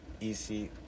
easy